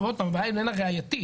הרי עוד פעם הבעיה איננה ראייתית,